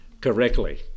correctly